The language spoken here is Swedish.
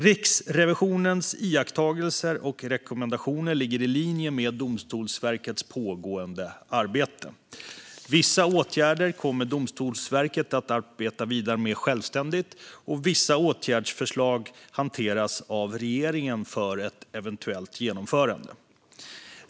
Riksrevisionens iakttagelser och rekommendationer ligger i linje med Domstolsverkets pågående arbete. Vissa åtgärder kommer Domstolsverket att arbeta vidare med självständigt. Vissa åtgärdsförslag hanteras av regeringen för ett eventuellt genomförande.